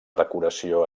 decoració